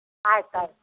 ಆಯ್ತು ಆಯ್ತು